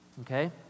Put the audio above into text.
Okay